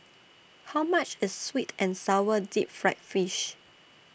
How much IS Sweet and Sour Deep Fried Fish